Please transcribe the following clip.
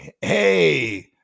Hey